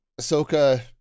Ahsoka